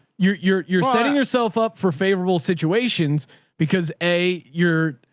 you're, you're, you're setting yourself up for favorable situations because a you're,